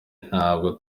ntabwo